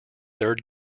third